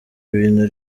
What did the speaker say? bintu